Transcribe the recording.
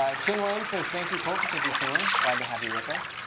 ah hsin wen says, thank you, colton. thank you, hsin wen. glad to have you with us.